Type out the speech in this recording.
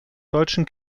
deutschen